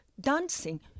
dancing